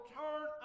turn